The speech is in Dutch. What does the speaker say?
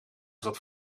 zat